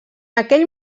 aquell